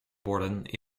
borden